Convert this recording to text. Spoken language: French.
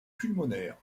pulmonaires